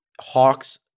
Hawks